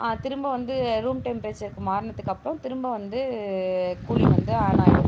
திரும்ப வந்து ரூம் டெம்ப்பரேச்சருக்கு மாறுனதுக்கு அப்புறம் திரும்ப வந்து கூலிங் வந்து ஆன் ஆயிடும்